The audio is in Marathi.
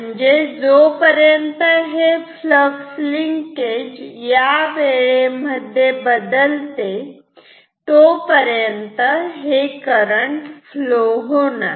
म्हणजे जोपर्यंत हे फ्लक्स लिंकेज या वेळेमध्ये हे बदलते तोपर्यंत हे करंट फ्लो होणार